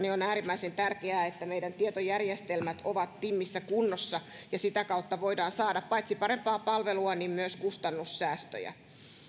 niin on äärimmäisen tärkeää että meidän tietojärjestelmämme ovat timmissä kunnossa ja sitä kautta voidaan saada paitsi parempaa palvelua myös kustannussäästöjä